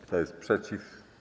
Kto jest przeciw?